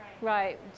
right